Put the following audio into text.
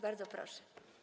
Bardzo proszę.